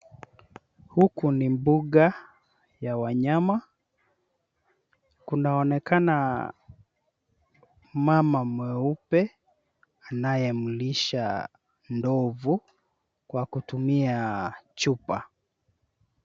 Huku ni mbuga ya wanyama, kunaonekana mama mweupe anayemlisha ndovu kwa kutumia chupa.